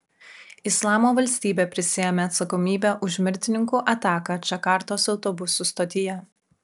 islamo valstybė prisiėmė atsakomybę už mirtininkų ataką džakartos autobusų stotyje